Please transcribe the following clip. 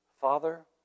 Father